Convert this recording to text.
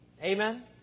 Amen